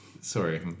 Sorry